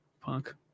Punk